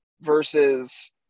versus